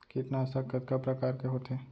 कीटनाशक कतका प्रकार के होथे?